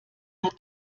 hat